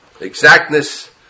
exactness